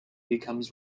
becomes